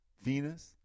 Venus